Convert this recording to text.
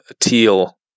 teal